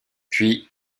puis